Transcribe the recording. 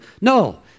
No